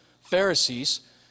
Pharisees